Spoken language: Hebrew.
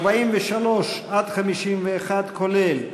43 51 כולל,